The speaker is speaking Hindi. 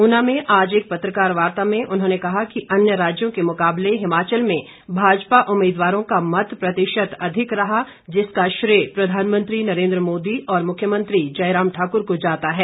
ऊना में आज एक पत्रकार वार्ता में उन्होंने कहा कि अन्य राज्यों के मुकाबले हिमाचल में भाजपा उम्मीदवारों का मत प्रतिशत अधिक रहा जिसका श्रेय प्रधानमंत्री नरेंद्र मोदी और मुख्यमंत्री जयराम ठाकुर को जाता है